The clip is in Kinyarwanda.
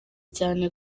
cyane